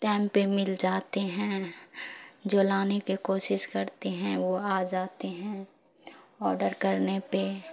time پہ مل جاتے ہیں جو لانے کے کوشش کرتے ہیں وہ آ جاتے ہیں آڈر کرنے پہ